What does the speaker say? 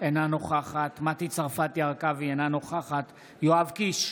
אינה נוכחת מטי צרפתי הרכבי, אינה נוכחת יואב קיש,